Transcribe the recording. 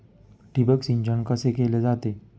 ठिबक सिंचन कसे केले जाते?